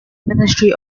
ministry